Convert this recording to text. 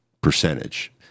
percentage